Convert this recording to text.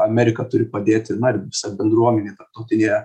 amerika turi padėti na ir visa bendruomenė tarptautinė